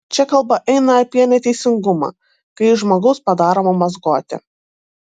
čia kalba eina apie neteisingumą kai iš žmogaus padaroma mazgotė